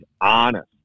honest